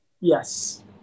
Yes